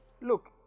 look